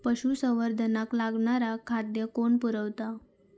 पशुसंवर्धनाक लागणारा खादय कोण पुरयता?